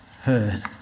heard